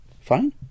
Fine